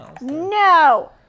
No